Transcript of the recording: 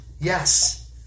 Yes